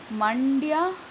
Mandya